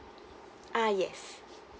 ah yes